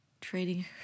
trading